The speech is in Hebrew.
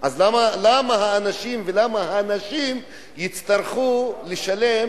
אז למה האנשים ולמה הנשים יצטרכו לשלם